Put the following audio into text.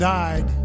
died